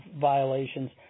violations